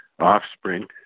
offspring